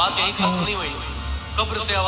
अनेक वेळा लोकं सुद्धा संशोधनासाठी निधी देऊ शकतात